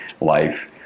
life